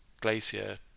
glacier